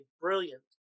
brilliant